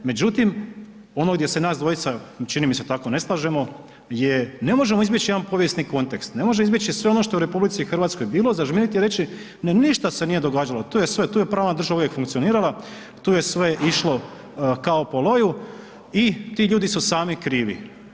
Međutim, ono gdje se nas dvojica, čini mi se tako ne slažemo je ne možemo izbjeći jedan povijesni kontekst, ne možemo izbjeći sve što je ono u RH bilo, zažmiriti i reći ništa se nije događalo, to je sve, tu je pravna država uvijek funkcionirala, tu je sve išlo kao po loju i ti ljudi su sami krivi.